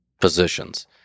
positions